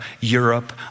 Europe